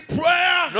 prayer